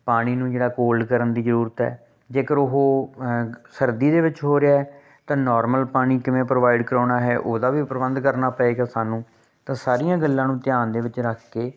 ਪਾਣੀ ਨੂੰ ਜਿਹੜਾ ਕੋਲਡ ਕਰਨ ਦੀ ਜ਼ਰੂਰਤ ਹੈ ਜੇਕਰ ਉਹ ਸਰਦੀ ਦੇ ਵਿੱਚ ਹੋ ਰਿਹਾ ਤਾਂ ਨੋਰਮਲ ਪਾਣੀ ਕਿਵੇਂ ਪ੍ਰੋਵਾਈਡ ਕਰਵਾਉਣਾ ਹੈ ਉਹਦਾ ਵੀ ਪ੍ਰਬੰਧ ਕਰਨਾ ਪਵੇਗਾ ਸਾਨੂੰ ਤਾਂ ਸਾਰੀਆਂ ਗੱਲਾਂ ਨੂੰ ਧਿਆਨ ਦੇ ਵਿੱਚ ਰੱਖ ਕੇ